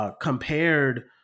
compared